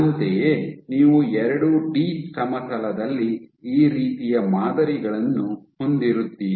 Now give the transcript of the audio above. ಅಂತೆಯೇ ನೀವು ಎರಡು ಡಿ ಸಮತಲದಲ್ಲಿ ಈ ರೀತಿಯ ಮಾದರಿಗಳನ್ನು ಹೊಂದಿರುತ್ತೀರಿ